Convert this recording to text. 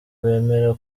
bemera